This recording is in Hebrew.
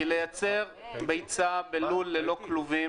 כי לייצר ביצה בלול ללא כלובים,